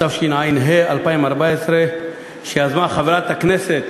התשע"ה 2014, שיזמה חברת הכנסת